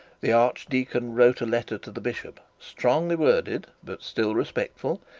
the archdeacon wrote a letter to the bishop, strongly worded, but still respectful,